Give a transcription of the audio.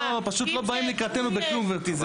פשוט לא באים לקראתנו בכלום, גברתי.